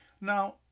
Now